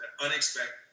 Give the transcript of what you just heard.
unexpected